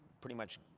pretty much